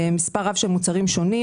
מספר רב של מוצרים שונים,